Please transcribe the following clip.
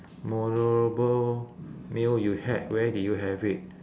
memorable meal you had where did you have it